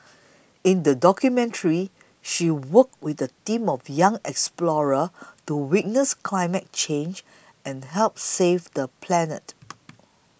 in the documentary she worked with a team of young explorers to witness climate change and help save the planet